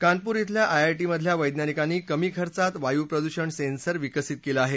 कानपूर खेल्या आयआयटीमधल्या वैज्ञानिकांनी कमी खर्चात वायू प्रदूषण सेन्सर विकसित केलं आहे